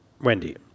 Wendy